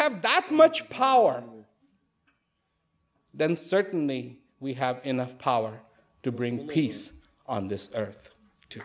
have that much power then certainly we have enough power to bring peace on this earth to